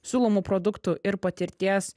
siūlomų produktų ir patirties